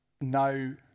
No